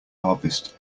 harvest